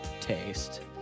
taste